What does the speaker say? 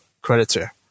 creditor